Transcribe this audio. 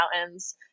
mountains